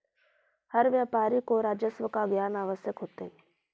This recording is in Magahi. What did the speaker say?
हर व्यापारी को राजस्व का ज्ञान अवश्य होतई